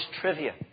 trivia